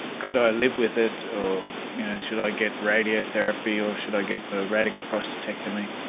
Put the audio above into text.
could i live with it or should i get radiotherapy or should i get a radical prostatectomy.